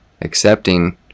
accepting